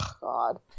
god